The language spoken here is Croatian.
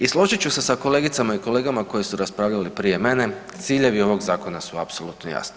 I složit ću se sa kolegicama i kolegama koje su raspravljale prije mene, ciljevi ovog zakona su apsolutno jasni.